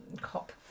cop